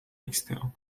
externe